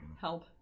Help